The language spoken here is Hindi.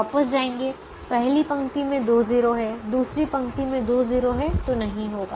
वापस जाएंगे पहली पंक्ति में दो 0 हैं दूसरी पंक्ति में दो 0 हैं तो नहीं होगा